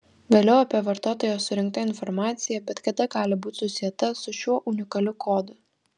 vėliau apie vartotoją surinkta informacija bet kada gali būti susieta su šiuo unikaliu kodu